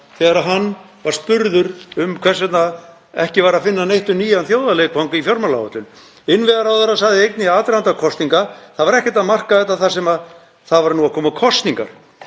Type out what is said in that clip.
þegar hann var spurður um hvers vegna ekki var að finna neitt um nýjan þjóðarleikvang í fjármálaáætlun. Innviðaráðherra sagði einnig í aðdraganda kosninga að það væri ekkert að marka þetta þar sem það væru að koma kosningar.